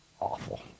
awful